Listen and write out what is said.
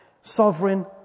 Sovereign